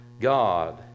God